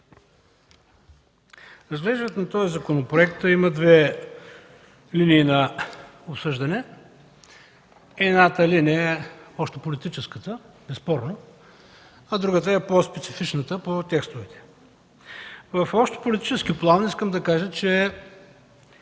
Разглеждането на този законопроект има две линии на обсъждане: едната линия е общополитическата – безспорно, а другата е по-специфичната, по текстовете. В общополитически план искам да кажа, че